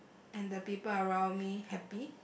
and the people around me happy